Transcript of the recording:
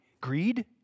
greed